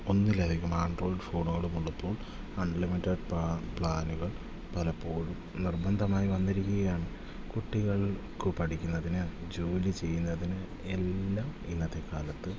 ഒന്നിലധികം ആഡ്രോയിഡ് ഫോണുകളുമുള്ളപ്പോൾ അൺലിമിറ്റഡ് പ്ലാനുകൾ പലപ്പോഴും നിർബന്ധമായി വന്നിരിക്കുകയാണ് കുട്ടികൾക്കു പഠിക്കുന്നതിന് ജോലി ചെയ്യുന്നതിന് എല്ലാം ഇന്നത്തെ കാലത്ത്